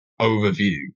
overview